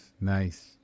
Nice